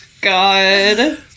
God